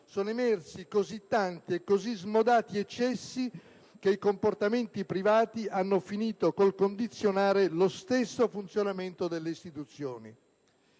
sono emersi così tanti e così smodati eccessi che i comportamenti privati hanno finito col condizionare lo stesso funzionamento delle istituzioni.